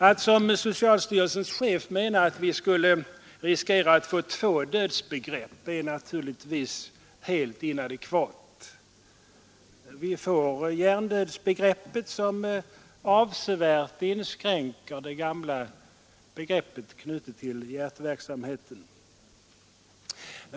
Att vi, som socialstyrelsens chef menar, skulle riskera att få ”två dödsbegrepp” är naturligtvis helt inadekvat. Vi får i stället ett dödsbegrepp som avsevärt inskränker det gamla begreppet knutet till hjärtverksamheten.